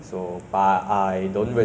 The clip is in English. which food there is the best